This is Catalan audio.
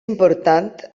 important